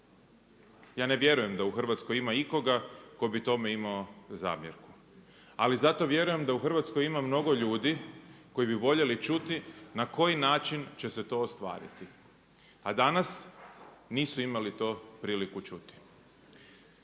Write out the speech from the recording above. ja ne vjerujem da u Hrvatskoj ima ikoga tko bi tome imao zamjerku. Ali zato vjerujem da u Hrvatskoj ima mnogo ljudi koji bi voljeli čuti na koji način će se to ostvariti. A danas nisu imali to priliku čuti.